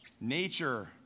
nature